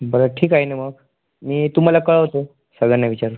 बरं ठीक आहे ना मग मी तुम्हाला कळवतो सगळ्यांना विचारून